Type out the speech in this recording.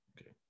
okay